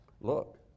look